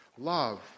Love